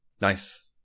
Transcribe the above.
Nice